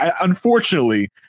unfortunately